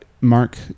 mark